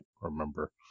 remember